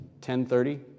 10.30